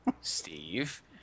Steve